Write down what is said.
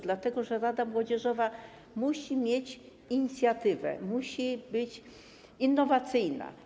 Dlatego że rada młodzieżowa musi mieć inicjatywę, musi być innowacyjna.